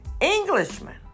Englishman